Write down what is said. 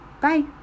bye